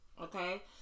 okay